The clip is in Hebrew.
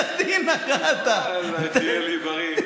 יא אללה, תהיה לי בריא.